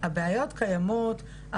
הבעיות קיימות,